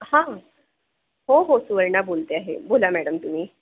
हां हो हो सुवर्णा बोलते आहे बोला मॅडम तुम्ही